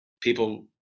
people